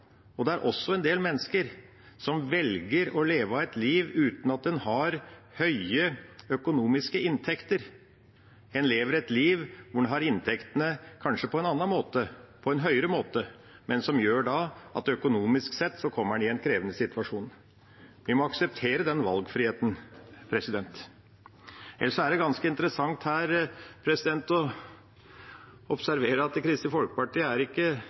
Og det er også en del mennesker som velger å leve et liv uten at en har høye økonomiske inntekter. En lever et liv hvor en har inntektene kanskje på en annen måte, på en høyere måte, men som da gjør at en økonomisk sett kommer i en krevende situasjon. Vi må akseptere den valgfriheten. Ellers er det ganske interessant å observere at Kristelig Folkeparti ikke er med i debatten. Jeg har forståelse for det, for det var ikke